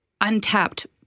untapped